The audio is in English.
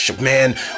man